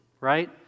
right